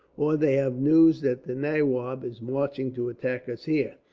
or they have news that the nawab is marching to attack us here.